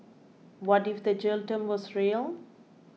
what if the jail term was real